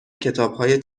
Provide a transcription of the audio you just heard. کتابهای